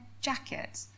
jacket